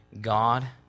God